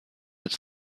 its